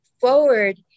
forward